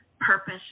purpose